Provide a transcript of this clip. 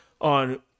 on